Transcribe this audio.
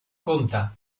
compte